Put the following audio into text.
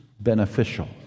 beneficial